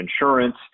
insurance